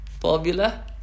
formula